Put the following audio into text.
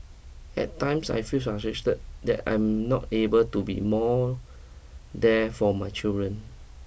at times I feel frustrated that I am not able to be more there for my children